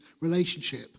relationship